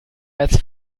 als